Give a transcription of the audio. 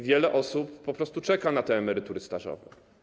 Wiele osób po prostu czeka na te emerytury stażowe.